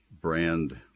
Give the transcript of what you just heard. brand